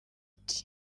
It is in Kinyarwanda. dieu